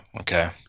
Okay